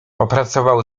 opracował